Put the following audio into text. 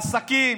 העסקים.